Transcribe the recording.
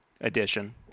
edition